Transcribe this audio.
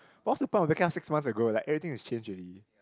what's the point of backing up six months ago like everything is changed already